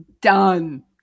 Done